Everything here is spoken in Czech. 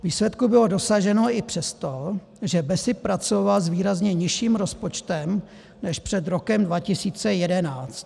Výsledku bylo dosaženo i přesto, že BESIP pracoval s výrazně nižším rozpočtem než před rokem 2011.